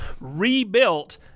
Rebuilt